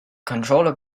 controller